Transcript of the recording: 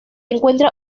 encuentra